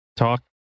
Talk